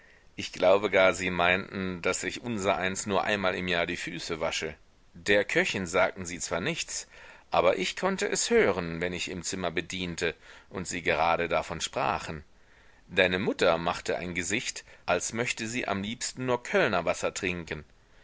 ich glaube gar sie meinten daß sich unsereins nur einmal im jahr die füße wasche der köchin sagten sie zwar nichts aber ich konnte es hören wenn ich im zimmer bediente und sie gerade davon sprachen deine mutter machte ein gesicht als möchte sie am liebsten nur kölnerwasser trinken